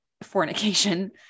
fornication